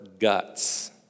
guts